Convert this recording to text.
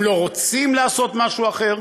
הם לא רוצים לעשות משהו אחר,